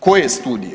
Koje studije?